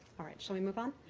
all right. shall we move on?